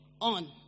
on